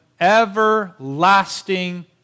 everlasting